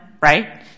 right